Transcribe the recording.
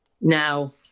Now